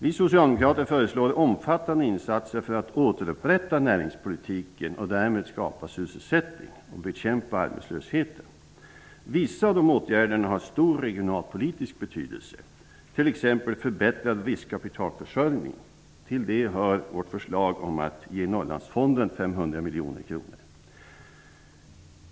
Vi socialdemokrater föreslår omfattande insatser för att återupprätta näringspolitiken och därmed skapa sysselsättning och bekämpa arbetslösheten. Vissa av åtgärderna har stor regionalpolitisk betydelse, t.ex. förbättrad riskkapitalförsörjning. Till detta hör vårt förslag om att ge Norrlandsfonden 500 miljoner kronor.